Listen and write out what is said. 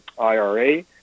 IRA